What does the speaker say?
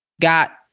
got